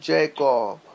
Jacob